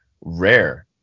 rare